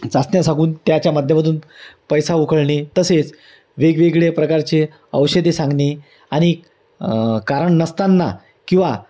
चाचण्या सांगून त्याच्या माध्यमातून पैसा उकळणे तसेच वेगवेगळे प्रकारचे औषधे सांगणे आणि कारण नसताना किंवा